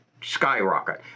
skyrocket